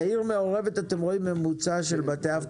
בעיר מעורבת אתם רואים ממוצע של בתי אב,